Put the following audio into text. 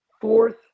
fourth